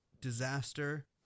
disaster